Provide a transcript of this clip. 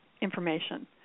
information